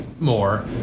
more